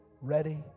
ready